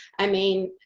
i mean,